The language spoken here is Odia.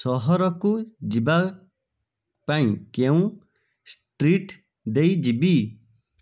ସହରକୁ ଯିବା ପାଇଁ କେଉଁ ଷ୍ଟ୍ରିଟ୍ ଦେଇ ଯିବି